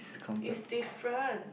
it's different